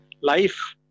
life